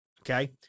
okay